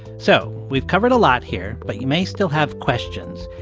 so we've covered a lot here, but you may still have questions.